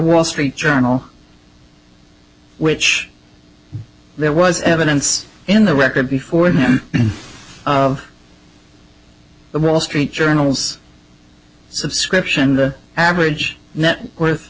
wall street journal which there was evidence in the record before them the wall street journal's subscription the average net worth